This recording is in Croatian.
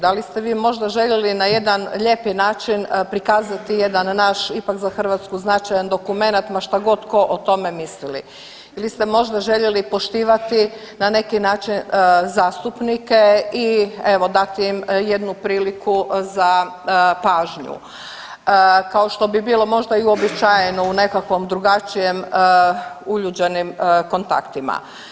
Da li ste vi možda željeli na jedan lijepi način prikazati jedan naš ipak za Hrvatsku značajan dokumenat ma šta god tko o tome mislili ili ste možda htjeli poštivati na neki način zastupnike i evo dati im jednu priliku za pažnju, kao što bi bilo možda i uobičajeno u nekakvom drugačijem uljuđenim kontaktima?